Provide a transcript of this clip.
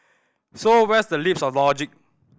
so where's the leaps of logic